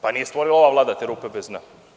Pa, nije stvorila ova Vlada te rupe bez dna.